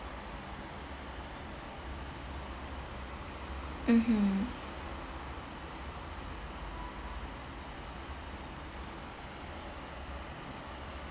mmhmm